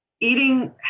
eating